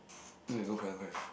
don't need to do right